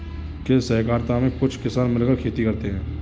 कृषि सहकारिता में कुछ किसान मिलकर खेती करते हैं